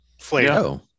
flavor